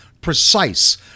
precise